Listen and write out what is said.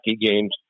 games